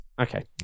Okay